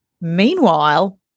Meanwhile